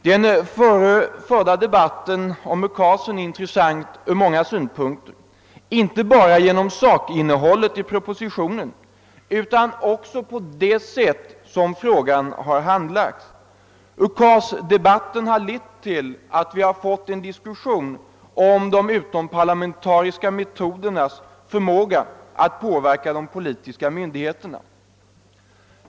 Den förda debatten om UKAS är intressant ur många synpunkter, inte bara genom sakinnehållet i propositionen utan också genom det sätt på vilket frågan har handlagts. UKAS-debatten har lett till att vi har fått en diskussion om de utomparlamentariska metodernas förmåga att påverka de politiska myndigheterna.